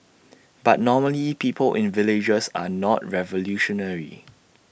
but normally people in villages are not revolutionary